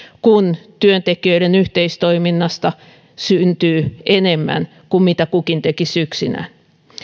kun työntekijöiden yhteistoiminnasta syntyy enemmän kuin mitä kukin tekisi yksinään